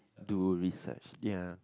do research ya